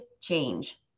change